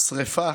שריפה,